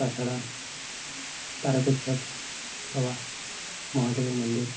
তাছাড়া তারকেশ্বর বাবা মহাদেবের মন্দির